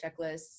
checklists